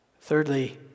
Thirdly